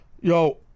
Yo